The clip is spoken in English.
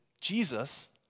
Jesus